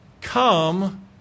come